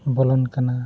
ᱵᱚᱞᱚᱱ ᱠᱟᱱᱟ